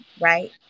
right